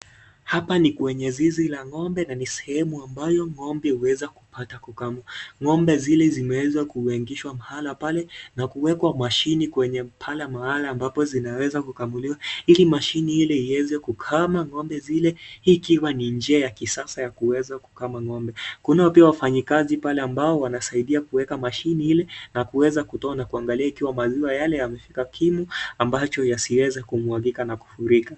Hapa ni kwenye zizi la ng'ombe na ni sehemu ambayo ng'ombe huweza kupata kukamwa. Ng'ombe zile zimeweza kuingishwa mahala pale, na kuwekwa mashini kwenye pale mahala ambapo zinaweza kukamuliwa, ili mashini ile iweze kukama ng'ombe zile, hii ikiwa ni njia ya kisasa ya kuweza kukama ng'ombe. Kunao pia wafanyikazi pale ambao wanasaidia kuweka mashini ile, na kuweza kutoa na kuangalia ikiwa maziwa yale yamefika kimo ambacho yasiweze kumwagika na kufurika.